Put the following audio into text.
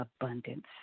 abundance